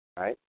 Right